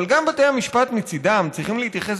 אבל גם בתי המשפט מצידם צריכים להתייחס